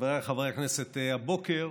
חבריי חברי הכנסת, הבוקר,